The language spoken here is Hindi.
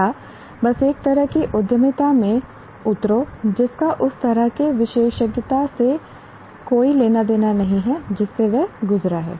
या बस एक तरह की उद्यमिता में उतरो जिसका उस तरह के विशेषज्ञता से कोई लेना देना नहीं है जिससे वह गुजरा है